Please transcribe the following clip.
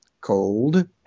cold